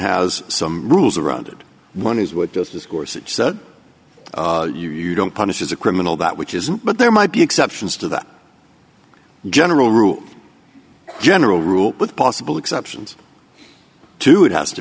has some rules around it one is what does discourse it's that you don't punish as a criminal that which isn't but there might be exceptions to that general rule general rule with possible exceptions to it has to